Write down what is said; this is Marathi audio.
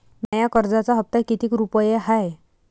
माया कर्जाचा हप्ता कितीक रुपये हाय?